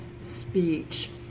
speech